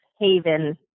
haven